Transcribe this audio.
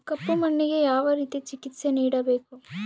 ಕಪ್ಪು ಮಣ್ಣಿಗೆ ಯಾವ ರೇತಿಯ ಚಿಕಿತ್ಸೆ ನೇಡಬೇಕು?